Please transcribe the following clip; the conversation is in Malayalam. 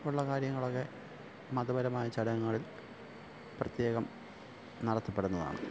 ഉള്ള കാര്യങ്ങളൊക്കെ മതപരമായ ചടങ്ങുകളില് പ്രത്യേകം നടത്തപ്പെടുന്നതാണ്